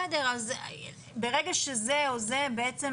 בסדר, ברגע שזה או זה בעצם